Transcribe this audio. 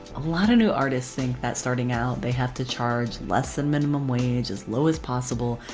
a lot of new artists think that starting out they have to charge less than minimum wage, as low as possible,